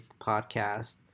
podcast